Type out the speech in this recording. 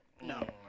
No